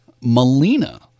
Melina